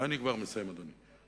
אני כבר מסיים, אדוני.